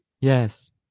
Yes